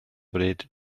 bryd